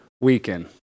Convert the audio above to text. weekend